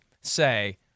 say